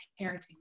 parenting